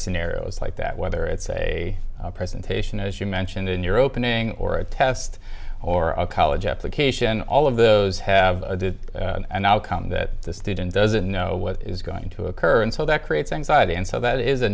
scenarios like that whether it's a presentation as you mentioned in your opening or a test or a college application all of those have an outcome that the student doesn't know what is going to occur and so that creates anxiety and so that is a